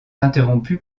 interrompues